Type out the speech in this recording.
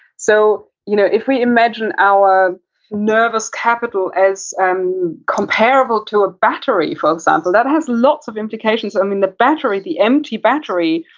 so, you know if we imagine our nervous capital as um comparable to a battery, for example. that has lots of implications. i mean, the battery, the empty battery,